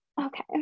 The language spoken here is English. okay